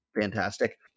fantastic